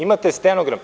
Imate stenogram.